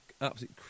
absolute